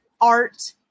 art